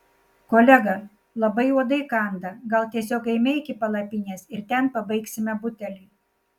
kolega labai uodai kanda gal tiesiog eime iki palapinės ir ten pabaigsime butelį